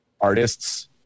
artists